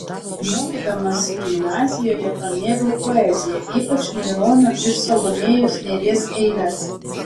mokydamasi gimnazijoje pamėgau poeziją ypač maironio ir salomėjos nėries eiles